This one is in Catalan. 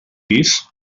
pis